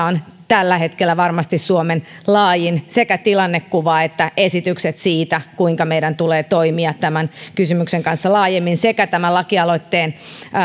on tällä hetkellä varmasti suomen laajin sekä tilannekuva että esitykset siitä kuinka meidän tulee toimia tämän kysymyksen kanssa laajemmin sekä tämän lakialoitteen